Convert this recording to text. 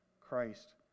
Christ